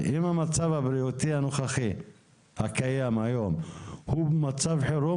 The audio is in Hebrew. המצב הבריאותי הנוכחי שקיים היום הוא במצב חירום,